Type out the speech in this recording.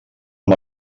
amb